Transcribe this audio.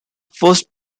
first